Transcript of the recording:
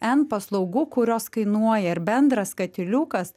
n paslaugų kurios kainuoja ir bendras katiliukas